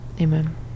amen